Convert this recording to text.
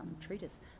treatise